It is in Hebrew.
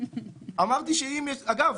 אגב,